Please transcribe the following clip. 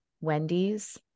Wendy's